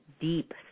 deep